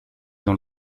dans